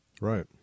Right